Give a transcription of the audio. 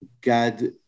God